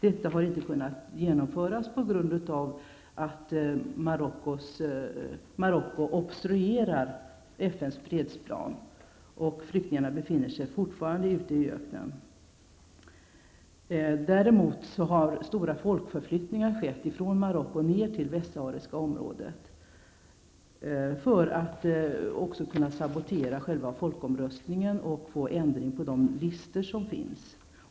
Detta har inte kunnat genomföras på grund av att Marocko obstruerar FNs fredsplan. Flyktingarna befinner sig fortfarande ute i öknen. Däremot har stora folkförflyttningar skett från Marocko ner till det västsahariska området i syfte att sabotera själva folkomröstningen och få en ändring på de listor som finns.